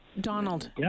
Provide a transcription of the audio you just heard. Donald